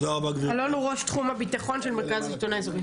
אלון הוא ראש תחום הבטחון של מרכז השלטון האזורי.